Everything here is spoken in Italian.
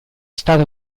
stata